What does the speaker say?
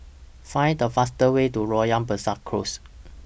Find The fastest Way to Loyang Besar Close